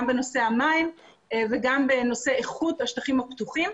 גם בנושא המים וגם בנושא איכות שטחים הפתוחים.